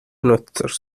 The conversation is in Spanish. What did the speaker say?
nuestros